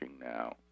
now